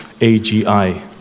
AGI